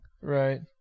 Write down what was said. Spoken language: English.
Right